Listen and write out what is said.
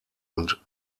und